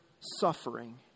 suffering